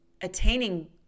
attaining